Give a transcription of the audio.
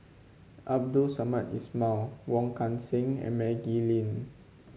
Abdul Samad Ismail Wong Kan Seng and Maggie Lim